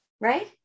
right